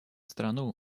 страну